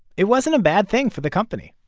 it wasn't a bad thing for the company.